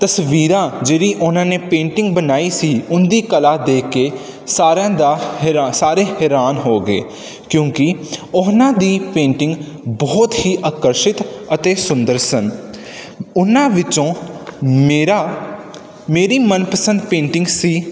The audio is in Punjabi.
ਤਸਵੀਰਾਂ ਜਿਹੜੀ ਉਹਨਾਂ ਨੇ ਪੇਂਟਿੰਗ ਬਣਾਈ ਸੀ ਉਹਨਾਂ ਦੀ ਕਲਾ ਦੇਖ ਕੇ ਸਾਰਿਆਂ ਦਾ ਹੈਰਾ ਸਾਰੇ ਹੈਰਾਨ ਹੋ ਗਏ ਕਿਉਂਕਿ ਉਹਨਾਂ ਦੀ ਪੇਂਟਿੰਗ ਬਹੁਤ ਹੀ ਆਕਰਸ਼ਿਤ ਅਤੇ ਸੁੰਦਰ ਸਨ ਉਹਨਾਂ ਵਿੱਚੋਂ ਮੇਰਾ ਮੇਰੀ ਮਨਪਸੰਦ ਪੇਂਟਿੰਗ ਸੀ